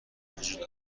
وجود